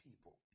people